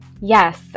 Yes